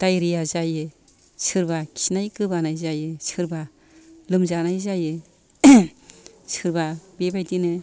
दाइरिया जायो सोरबा खिनाय गोबानाय जायो सोरबा लोमजानाय जायो सोरबा बेबादिनो